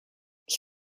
ich